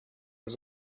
was